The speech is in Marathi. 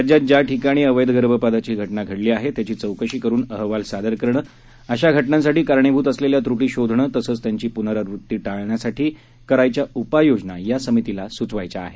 राज्यात ज्या ठिकाणी अवर्खे गर्भपाताची घटना घडली आहे त्यांची चौकशी करुन अहवाल सादर करणे अशा घटनांसाठी कारणीभूत असलेल्या त्र्टी शोधणे तसंच त्यांची प्नरावृत्ती टाळण्यासाठी करायच्या उपायोजना या समितीला सुचवायच्या आहेत